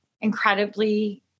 incredibly